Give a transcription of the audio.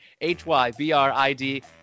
h-y-b-r-i-d